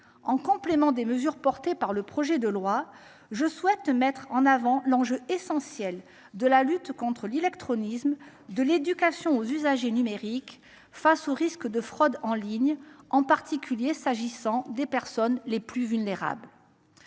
En complément des mesures inscrites dans le projet de loi, je souhaite mettre en avant l’enjeu essentiel de la lutte contre l’illectronisme et de l’éducation aux usagers numériques confrontés aux risques de fraude en ligne, qui concernent en particulier les personnes les plus vulnérables.